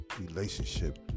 relationship